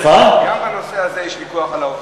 גם בנושא הזה יש ויכוח על העובדות.